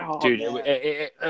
dude